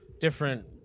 different